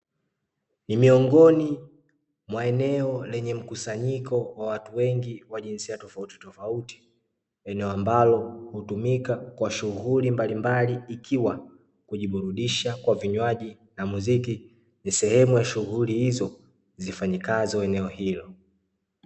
Ni miongoni mwa eneo lenye mkusanyiko wa watu wengi wa jinsia tofauti tofauti. Eneo ambalo hutumika kwa shughuli mbalimbali ikiwa kujiburudisha kwa vinywaji na muziki, ni sehemu ya shughuli hizo zifanyikazo eneo hilo.